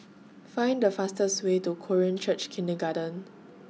Find The fastest Way to Korean Church Kindergarten